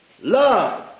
Love